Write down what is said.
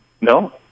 No